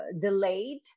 delayed